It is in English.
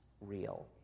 real